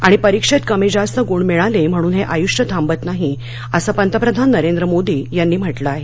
आणि परीक्षेत कमी जास्त गूण मिळाले म्हणून हे आयुष्य थांबत नाही असं पंतप्रधान नरेंद्र मोदी यांनी म्हटलं आहे